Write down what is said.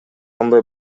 андай